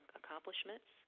accomplishments